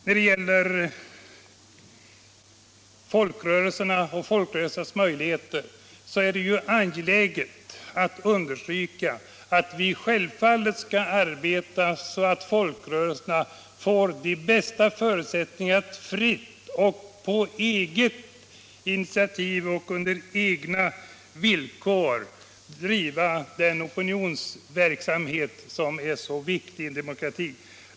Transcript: När det gäller folkrörelserna och deras möjligheter är det angeläget att understryka att vi självfallet skall se till att folkrörelserna får de bästa förutsättningarna att fritt och på eget initiativ under egna villkor driva den opinionsverksamhet som är så viktig i demokratin.